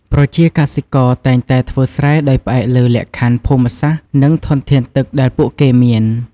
ប្រជាកសិករតែងតែធ្វើស្រែដោយផ្អែកលើលក្ខខណ្ឌភូមិសាស្ត្រ និងធនធានទឹកដែលពួកគេមាន។